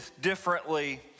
differently